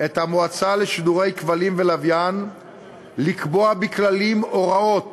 את המועצה לשידורי כבלים ולוויין לקבוע בכללים הוראות